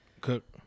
Cook